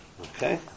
okay